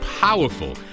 powerful